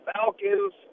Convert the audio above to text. Falcons